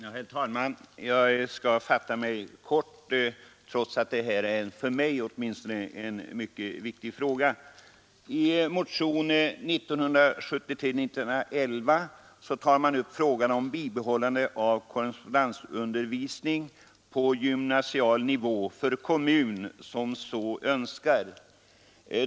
Herr talman! Jag skall fatta mig kort, trots att detta är en åtminstone för mig mycket viktig fråga. I motionen 1911 tar man upp frågan om bibehållande av korrespondensundervisning på gymnasienivå för kommun som så önskar.